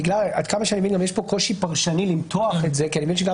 עד כמה שאני מבין יש כאן קושי פרשני למתוח את זה כי אני מבין שגם